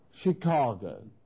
Chicago